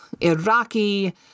Iraqi